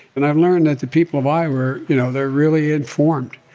and i've learned that the people of iowa, you know they're really informed,